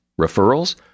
Referrals